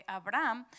abraham